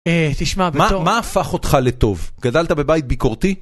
מה הפך אותך לטוב? גזלת בבית ביקורתי?